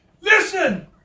Listen